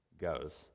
goes